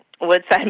Woodside